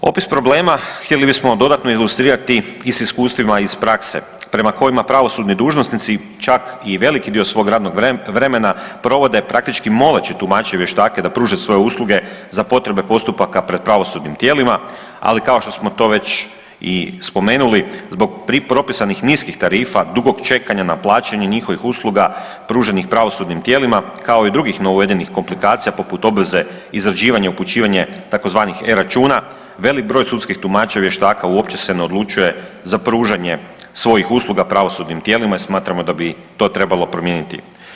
Opis problema htjeli bismo dodatno ilustrirati i s iskustvima iz prakse prema kojima pravosudni dužnosnici čak i veliki dio svog radnog vremena provode praktički moleći tumače i vještake da pruže svoje usluge za potrebe postupaka pred pravosudnim tijelima, ali, kao što smo to već i spomenuli, zbog propisanih niskih tarifa, dugog čekanja na plaćanje njihovih usluga pruženih pravosudnim tijelima, kao i drugih novouvedenih komplikacija, poput obveze izrađivanje i upućivanje tzv. e-Računa, velik broj sudskih tumača i vještaka uopće se ne odlučuje za pružanje svojih usluga pravosudnim tijelima i smatramo da bi to trebalo promijeniti.